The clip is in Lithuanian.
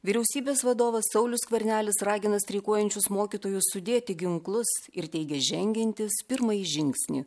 vyriausybės vadovas saulius skvernelis ragina streikuojančius mokytojus sudėti ginklus ir teigia žengiantis pirmąjį žingsnį